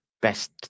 best